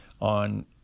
on